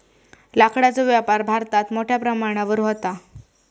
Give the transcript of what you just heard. लाकडाचो व्यापार भारतात मोठ्या प्रमाणावर व्हता